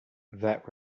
that